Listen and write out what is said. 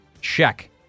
Check